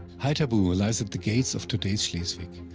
haithabu lies at the gates of today's schleswig.